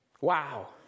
Wow